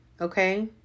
Okay